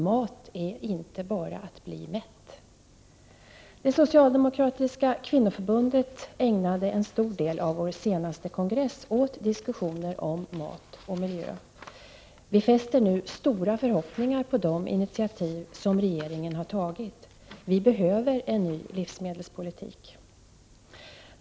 Mat är inte bara att bli mätt. Vi i det socialdemokratiska kvinnoförbundet ägnade en stor del av vår senaste kongress åt diskussioner om mat och miljö. Vi har nu stora förhoppningar med anledning av de initiativ som regeringen har tagit. Vi behöver en ny livsmedelspolitik.